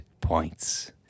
points